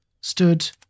stood